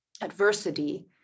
adversity